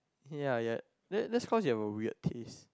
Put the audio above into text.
ya ya that's that's cause you have a weird taste